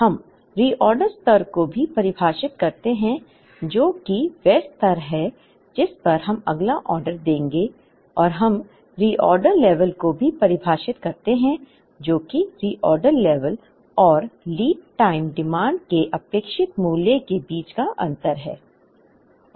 हम रीऑर्डर स्तर को भी परिभाषित करते हैं जो कि वह स्तर है जिस पर हम अगला ऑर्डर देंगे और हम रीऑर्डर लेवल को भी परिभाषित करते हैं जो कि रीऑर्डर लेवल और लीड टाइम डिमांड के अपेक्षित मूल्य के बीच का अंतर है